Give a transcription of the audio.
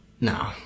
no